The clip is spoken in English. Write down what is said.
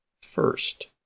first